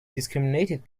discriminated